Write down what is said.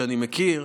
שאני מכיר,